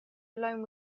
alone